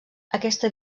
aquesta